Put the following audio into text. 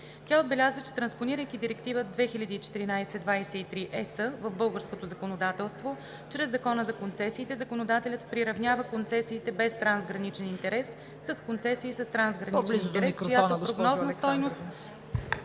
Тя отбеляза, че транспонирайки Директива 2014/23/ЕС в българското законодателство чрез Закона за концесиите, законодателят приравнява концесиите без трансграничен интерес с концесии с трансграничен интерес, чиято прогнозна стойност